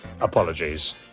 apologies